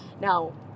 now